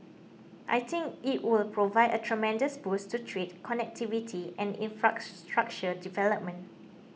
I think it will provide a tremendous boost to trade connectivity and infrastructure development